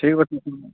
ଠିକ୍ ଅଛି